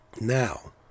now